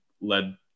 led